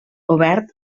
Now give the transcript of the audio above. obert